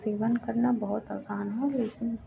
सृजन करना बहुत आसान है लेकिन